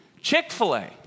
Chick-fil-A